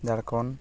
Jharkhand